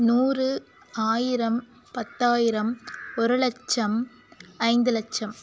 நூறு ஆயிரம் பத்தாயிரம் ஒரு லட்சம் ஐந்து லட்சம்